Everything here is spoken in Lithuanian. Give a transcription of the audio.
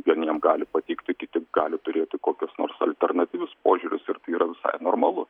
vieniem gali patikti kiti gali turėti kokius nors alternatyvius požiūrius ir tai yra visai normalu